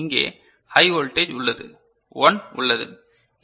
இங்கே high voltage உள்ளது 1 உள்ளது